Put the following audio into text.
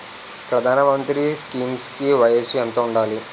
ప్రధాన మంత్రి స్కీమ్స్ కి వయసు ఎంత ఉండాలి?